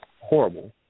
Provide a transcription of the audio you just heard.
horrible